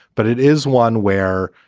but it is one where,